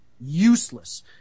Useless